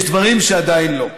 יש דברים שעדיין לא.